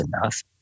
enough